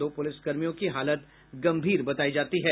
दो पुलिसकर्मियों की हालत गंभीर बतायी जाती है